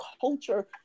culture